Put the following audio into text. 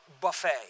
buffet